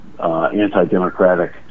Anti-democratic